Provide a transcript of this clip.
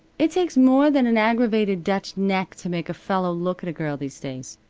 it takes more than an aggravated dutch neck to make a fellow look at a girl these days.